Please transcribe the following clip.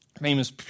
famous